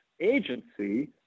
agency